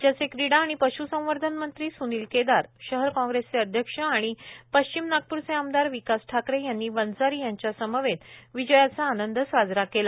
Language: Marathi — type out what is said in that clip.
राज्याचे क्रीडा आणि पश्संवर्धन मंत्री स्निल केदार शहर कॉग्रेसचे अध्यक्ष आणि पश्चिम नागप्रचे आमदार विकास ठाकरे यांनी वंजारी यांच्यासमवेत विजयाचा आनंद साजरा केला